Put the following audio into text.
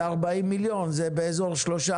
מדובר בעליה של 3%,